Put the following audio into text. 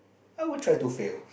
I would try to fail